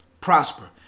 prosper